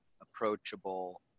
approachable